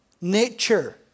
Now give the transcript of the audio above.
nature